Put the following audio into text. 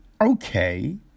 Okay